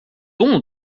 bon